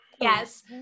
Yes